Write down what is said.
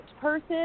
person